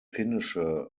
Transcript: finnische